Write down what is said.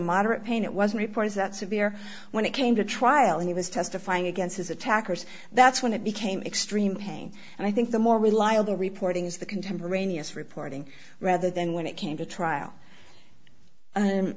moderate pain it was reported that severe when it came to trial he was testifying against his attackers that's when it became extreme pain and i think the more reliable reporting is the contemporaneous reporting rather than when it came to trial